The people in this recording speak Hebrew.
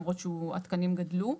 למרות שהתקנים גדלו.